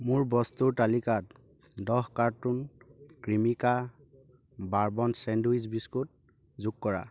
মোৰ বস্তুৰ তালিকাত দহ carton Cremica bourbon sandwich biscuit যোগ কৰা